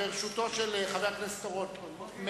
ברשותו של חבר הכנסת אורון,